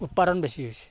উৎপাদন বেছি হৈছে